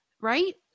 Right